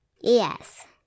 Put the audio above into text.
Yes